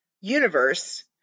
universe